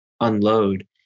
unload